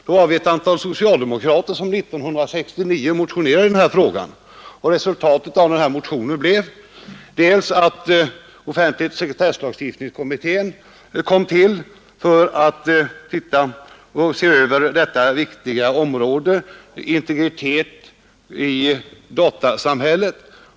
Då var vi ett antal socialdemokrater som 1969 motionerade i frägan, och resultatet av den motionen blev bl.a. att offentlighetsoch sekretesslagstiftningskommittén kom till för att se över detta viktiga område: integritet i datasamhället.